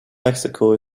mexico